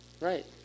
Right